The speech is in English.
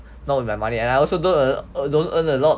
not with my money and I also don't earn a lot